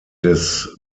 des